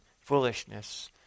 foolishness